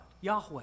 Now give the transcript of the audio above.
Yahweh